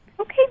Okay